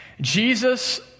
Jesus